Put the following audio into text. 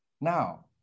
now